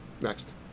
Next